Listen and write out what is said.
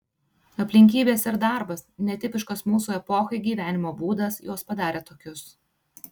aplinkybės ir darbas netipiškas mūsų epochai gyvenimo būdas juos padarė tokius